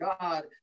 God